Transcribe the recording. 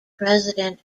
president